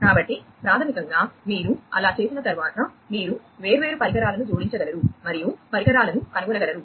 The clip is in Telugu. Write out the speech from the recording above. కాబట్టి ప్రాథమికంగా మీరు అలా చేసిన తర్వాత మీరు వేర్వేరు పరికరాలను జోడించగలరు మరియు పరికరాలను కనుగొనగలరు